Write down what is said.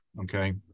okay